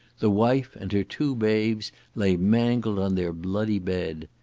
the wife and her two babes lay mangled on their bloody bed.